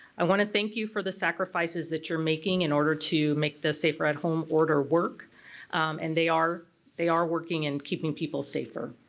i want to thank you for the sacrifices that you're making in order to make the safer at home order work and they are they are working and keeping people safer.